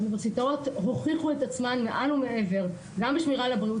האוניברסיטאות הוכיחו את עצמן מעל ומעבר גם בשמירה על הבריאות